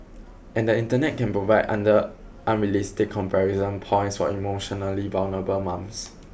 and the Internet can provide other unrealistic comparison points for emotionally vulnerable mums